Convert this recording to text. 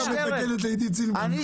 מורגנשטרן,